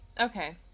Okay